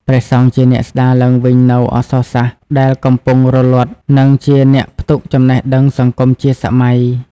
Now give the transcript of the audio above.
ព្រះសង្ឃជាអ្នកស្តារឡើងវិញនូវអក្សរសាស្ត្រដែលកំពុងរលត់ និងជាអ្នកផ្ទុកចំណេះដឹងសង្គមជាសម័យ។